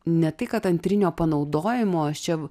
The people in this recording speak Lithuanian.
ne tai kad antrinio panaudojimo aš čia